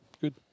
Good